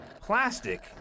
Plastic